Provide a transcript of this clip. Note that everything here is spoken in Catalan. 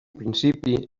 principi